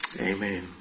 Amen